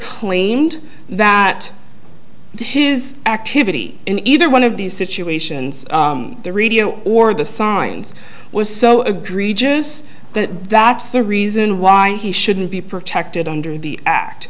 claimed that his activity in either one of these situations the radio or the signs was so agree juice that that's the reason why he shouldn't be protected under the act